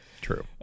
True